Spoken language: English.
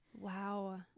wow